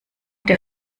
der